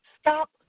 Stop